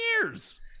years